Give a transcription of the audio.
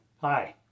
Hi